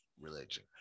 religion